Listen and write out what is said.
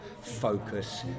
focus